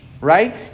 right